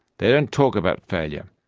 they don't talk about failure.